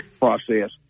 process